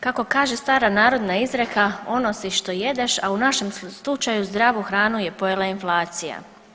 Kako kaže stara narodna izreka ono si što jedeš, a u našem slučaju zdravu hranu je pojela inflacija.